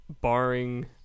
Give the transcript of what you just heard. barring